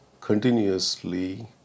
continuously